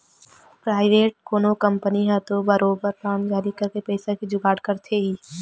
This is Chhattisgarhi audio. पराइवेट कोनो कंपनी ह तो बरोबर बांड जारी करके पइसा के जुगाड़ करथे ही